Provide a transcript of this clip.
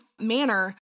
manner